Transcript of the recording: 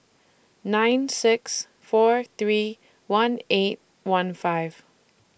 nine six four three one eight one five